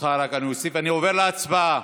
אני עובר להצבעה.